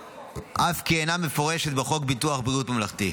אף כי אינה מפורשת בחוק ביטוח בריאות ממלכתי,